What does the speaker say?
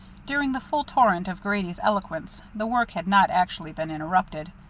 during the full torrent of grady's eloquence the work had not actually been interrupted.